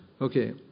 Okay